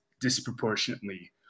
disproportionately